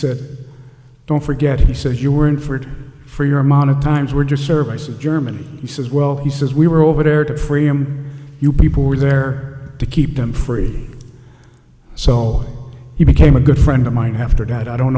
said don't forget he says you were in for it for your mana times were to service a german he says well he says we were over there to free him you people were there to keep him free so he became a good friend of mine after that i don't